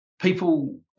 people